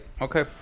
Okay